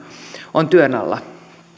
on työn alla